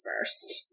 first